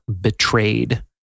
betrayed